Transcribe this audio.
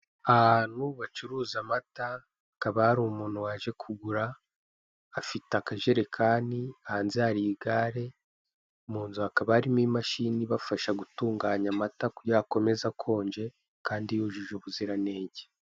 Ahantu bacuruza amata, hakaba hari umuntu waje kugura, afite akajerekani, hanze hari igare, mu nzu hakaba harimo imashini ibafasha gutunganya amata kugira akomeza akonje kandi yujuje ubuziranenge.